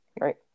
right